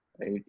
right